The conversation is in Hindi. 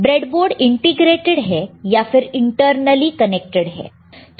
ब्रेड बोर्ड इंटीग्रेटड है या फिर इंटरनली कनेक्टड है